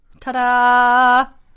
Ta-da